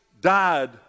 died